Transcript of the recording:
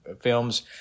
films